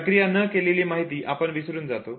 प्रक्रिया न केलेली माहिती आपण विसरून जातो